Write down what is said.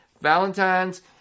Valentine's